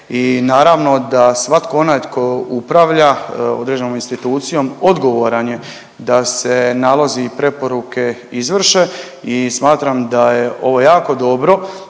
naravno da svatko onaj ko upravlja određenom institucijom odgovoran je da se nalazi i preporuke izvrše i smatram da je ovo jako dobro